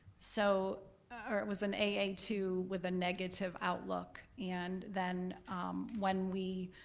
so or it was an a a two with a negative outlook, and then when we,